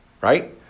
right